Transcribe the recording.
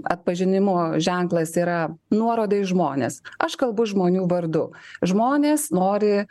atpažinimo ženklas yra nuoroda į žmones aš kalbu žmonių vardu žmonės nori